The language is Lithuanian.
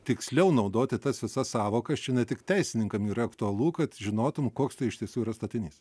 tiksliau naudoti tas visas sąvokas čia ne tik teisininkam yra aktualu kad žinotum koks tai iš tiesų yra statinys